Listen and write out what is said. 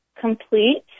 complete